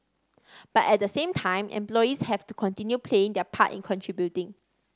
but at the same time employees have to continue playing their part in contributing